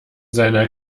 seiner